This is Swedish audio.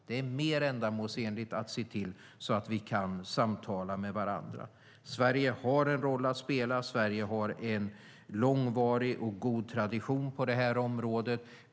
Det är mer ändamålsenligt att se till att vi kan samtala med varandra. Sverige har en roll att spela. Sverige har en långvarig och god tradition på det här området.